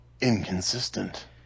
inconsistent